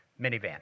minivan